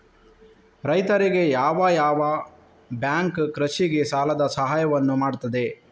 ರೈತರಿಗೆ ಯಾವ ಯಾವ ಬ್ಯಾಂಕ್ ಕೃಷಿಗೆ ಸಾಲದ ಸಹಾಯವನ್ನು ಮಾಡ್ತದೆ?